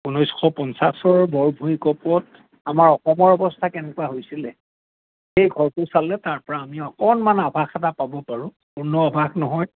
ঊনৈছশ পঞ্চাছৰ বৰ ভূঁইকঁপত আমাৰ অসমৰ অৱস্থা কেনেকুৱা হৈছিলে সেই ঘৰটো চালে তাৰপৰা আমি অকণমান আভাস এটা পাব পাৰোঁ পূৰ্ণ আভাস নহয়